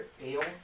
ale